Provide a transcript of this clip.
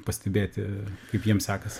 pastebėti kaip jiem sekasi